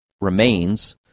remains